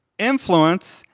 influence,